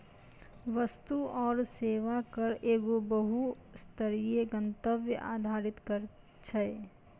वस्तु आरु सेवा कर एगो बहु स्तरीय, गंतव्य आधारित कर छै